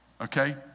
okay